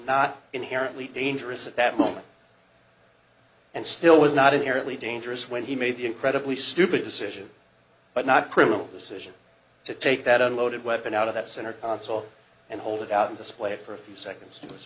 not inherently dangerous at that moment and still was not inherently dangerous when he made the incredibly stupid decision but not criminal decision to take that unloaded weapon out of that center console and hold it out of display for a few seconds